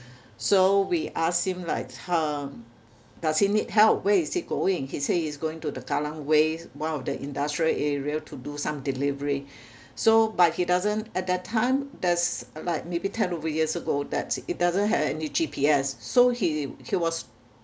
so we ask him like hmm does he need help where is he going he say he's going to the kallang wave one of the industrial area to do some delivery so but he doesn't at that time there's like maybe ten over years ago that it doesn't have any G_P_S so he he was